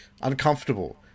uncomfortable